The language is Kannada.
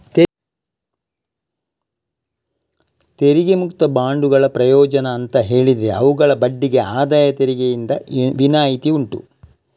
ತೆರಿಗೆ ಮುಕ್ತ ಬಾಂಡುಗಳ ಪ್ರಯೋಜನ ಅಂತ ಹೇಳಿದ್ರೆ ಅವುಗಳ ಬಡ್ಡಿಗೆ ಆದಾಯ ತೆರಿಗೆಯಿಂದ ವಿನಾಯಿತಿ ಉಂಟು